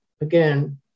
again